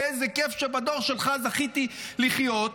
ואיזה כיף שבדור שלך זכיתי לחיות,